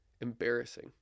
embarrassing